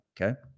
okay